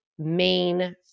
main